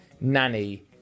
nanny